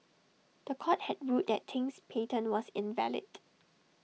The Court had ruled that Ting's patent was invalid